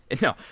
No